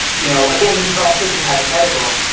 you know again, this is all strictly hypothetical.